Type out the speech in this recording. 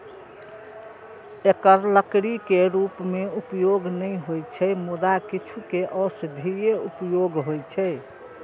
एकर लकड़ी के रूप मे उपयोग नै होइ छै, मुदा किछु के औषधीय उपयोग होइ छै